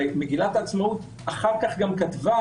כי מגילת העצמאות אחר כך גם כתבה